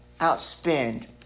outspend